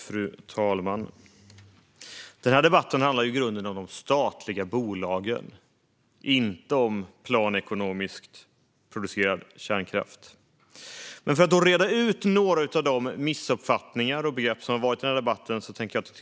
Fru talman! Den här debatten handlar i grunden om de statliga bolagen, inte om planekonomiskt producerad kärnkraft. Jag tänkte ta tillfället i akt och reda ut några av de missuppfattningar och begrepp som förekommit i debatten.